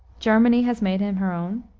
germany has made him her own,